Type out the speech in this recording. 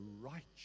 righteous